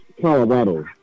Colorado